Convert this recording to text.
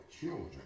children